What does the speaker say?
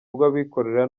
rw’abikorera